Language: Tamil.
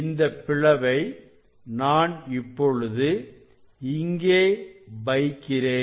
இந்த பிளவை நான் இப்பொழுது இங்கே வைக்கிறேன்